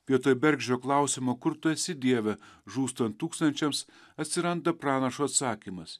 vietoj bergždžio klausimo kur tu esi dieve žūstant tūkstančiams atsiranda pranašo atsakymas